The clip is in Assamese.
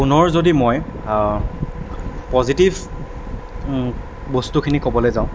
ফোনৰ যদি মই পজিটিভ বস্তুখিনি ক'বলৈ যাওঁ